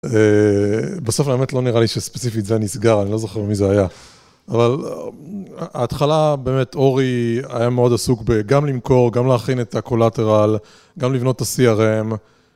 בסוף האמת לא נראה לי שספציפית זה נסגר, אני לא זוכר מי זה היה. אבל ההתחלה, באמת, אורי היה מאוד עסוק גם למכור, גם להכין את ה collateral, גם לבנות את הCRM .